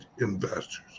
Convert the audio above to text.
investors